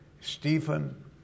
Stephen